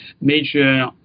major